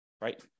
right